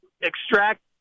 extract